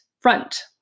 front